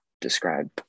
describe